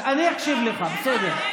אני אקשיב לך, בסדר.